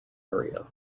area